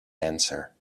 answer